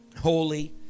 holy